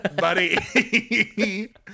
buddy